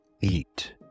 eat